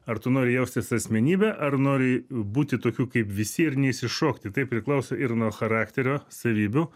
ar tu nori jaustis asmenybe ar nori būti tokiu kaip visi ir neišsišokti tai priklauso ir nuo charakterio savybių